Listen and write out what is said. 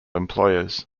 employers